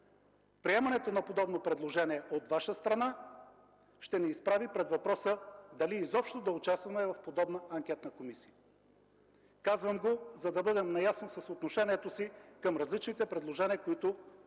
Приемането на подобно предложение от Ваша страна ще ни изправи пред въпроса дали изобщо да участваме в подобна анкетна комисия. Казвам го, за да бъдем наясно с отношението си към различните предложения, които